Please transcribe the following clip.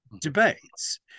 debates